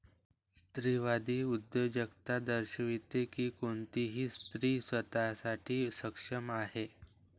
स्त्रीवादी उद्योजकता दर्शविते की कोणतीही स्त्री स्वतः साठी सक्षम आहे